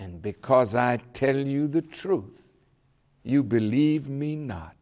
and because i tell you the truth you believe me not